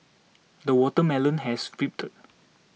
the watermelon has ripened